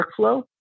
workflow